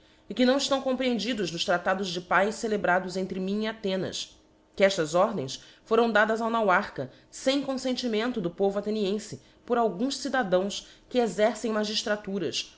e que não eftão comprehendidos nos otados de paz celebrados entre mim e athenas que estas ordens foram dadas ao nauarcha fem confentirito do povo athenienfe por alguns cidadãos que rcem magiílraturas